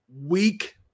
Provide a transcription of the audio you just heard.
weak